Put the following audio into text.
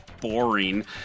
boring